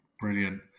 Brilliant